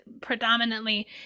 predominantly